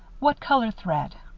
what colored thread?